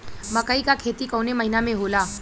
मकई क खेती कवने महीना में होला?